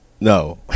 No